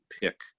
pick